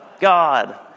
God